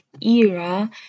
era